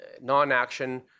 non-action